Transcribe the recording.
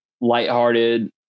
lighthearted